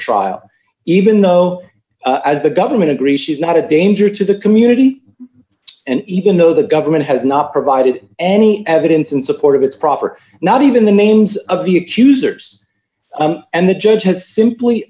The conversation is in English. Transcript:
trial even though as the government agree she is not a danger to the community and even though the government has not provided any evidence in support of its proper not even the names of the accusers and the judge has simply